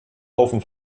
haufen